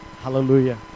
Hallelujah